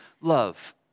love